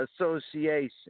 Association